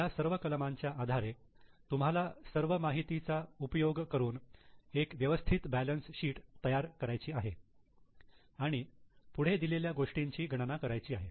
या सर्व कलमांच्या आधारे तुम्हाला सर्व माहितीचा उपयोग करून एक व्यवस्थित बॅलन्स शीट तयार करायची आहे आणि पुढे दिलेल्या गोष्टींची गणना करायची आहे